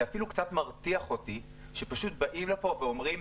זה אפילו קצת מרתיח אותי שבאים לפה ואומרים: